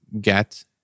get